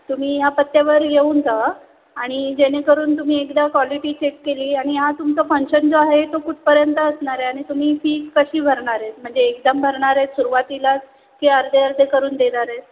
तुम्ही ह्या पत्त्यावर येऊन जावा आणि जेणेकरून तुम्ही एकदा क्वालिटी चेक केली आणि हा तुमचं फंक्शन जो आहे तो कुठपर्यंत असणार आहे आणि तुम्ही फी कशी भरणार आहे म्हणजे एकदा भरणार आहेत सुरुवातीला की अर्धे अर्धे करून देणार आहेत